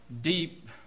deep